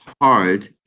hard